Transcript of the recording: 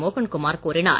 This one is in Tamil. மோகன் குமார் கூறினார்